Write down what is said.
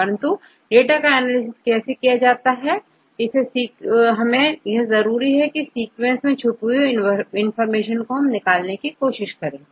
किंतु हमें डाटा का एनालिसिस चाहिए होता है क्योंकि हम इसके द्वारा सीक्वेंसेस मैं छुपी हुई इंफॉर्मेशन निकालने की कोशिश करते हैं